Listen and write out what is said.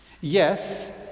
Yes